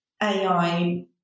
AI